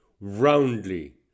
roundly